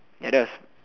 ya that was